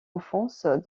enfance